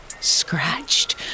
scratched